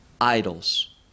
idols